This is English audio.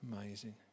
amazing